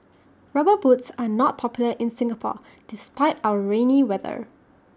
rubber boots are not popular in Singapore despite our rainy weather